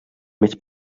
més